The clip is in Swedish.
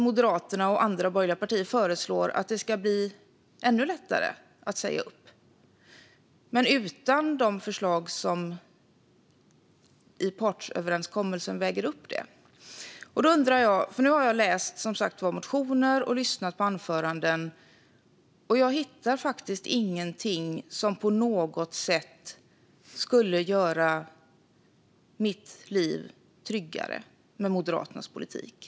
Moderaterna och andra borgerliga partier föreslår att det ska bli ännu lättare att säga upp - men utan de förslag i partsöverenskommelsen som väger upp det. Jag har som sagt läst motionerna och lyssnat på anförandet men hittar inget i Moderaternas politik som skulle göra denna 55-årings liv tryggare.